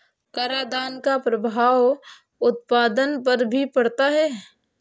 करादान का प्रभाव उत्पादन पर भी पड़ता है